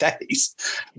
days